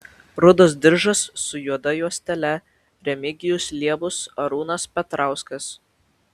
rudas diržas su juoda juostele remigijus liebus arūnas petrauskas